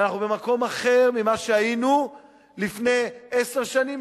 ואנחנו במקום אחר ממה שהיינו לפני עשר שנים,